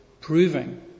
proving